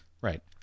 Right